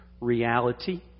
reality